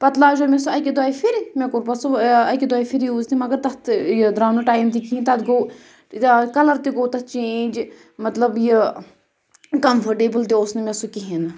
پَتہٕ لاجیو سُہ مےٚ اَکہِ دۄیہِ پھیٖرِ مےٚ کوٚر پَتہٕ سُہ اَکہِ دویہِ پھیٖرِ یوٗز تہٕ مَگر تَتھ تہِ دراو نہٕ ٹایم تہِ کِہینۍ تَتھ گوٚو کَلر تہِ گوٚو تَتھ چینج مطلب یہِ کَمفٲٹیبٕل تہِ اوس نہٕ مےٚ سُہ کِہینۍ نہٕ